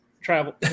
travel